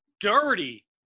dirty